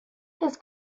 his